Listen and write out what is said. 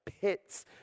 pits